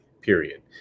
period